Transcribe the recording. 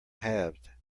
halved